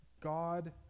God